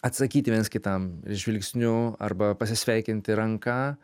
atsakyti vienas kitam žvilgsniu arba pasisveikinti ranka